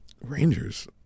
Rangers